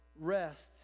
rests